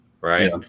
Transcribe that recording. right